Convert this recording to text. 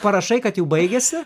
parašai kad jau baigiasi